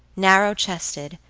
narrow-chested,